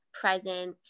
present